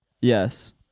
Yes